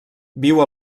viu